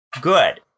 Good